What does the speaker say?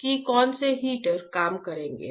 कि कौन से हीटर काम करेंगे